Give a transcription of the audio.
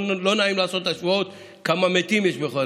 לא נעים לעשות השוואות כמה מתים יש בכלל.